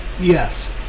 Yes